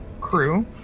crew